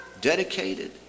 dedicated